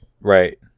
Right